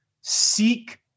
Seek